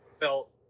felt